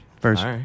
First